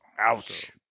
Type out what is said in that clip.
Ouch